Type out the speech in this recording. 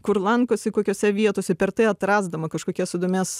kur lankosi kokiose vietose per tai atrasdama kažkokias įdomias